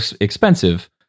expensive